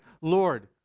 Lord